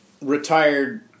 retired